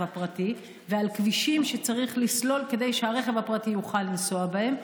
הפרטי ועל כבישים שצריך לסלול כדי שהרכב הפרטי יוכל לנסוע בהם.